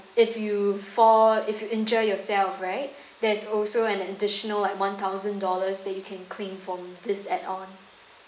if you fall if you injure yourself right there's also an additional like one thousand dollars that you can claim from this add on